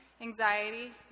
anxiety